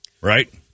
right